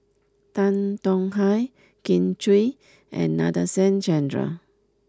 Tan Tong Hye Kin Chui and Nadasen Chandra